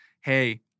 hey